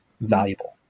valuable